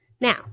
Now